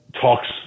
talks